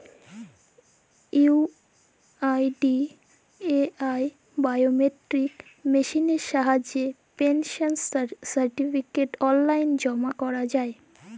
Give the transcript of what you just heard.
UIDAI biometric মেসিলের সাহায্যে pension certificate অললাইল জমা ক্যরা যায়